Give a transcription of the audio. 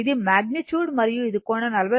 ఇది మగ్నిట్యూడ్ మరియు ఇది కోణం 40